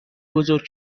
بزرگ